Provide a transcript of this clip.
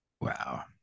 Wow